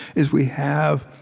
is, we have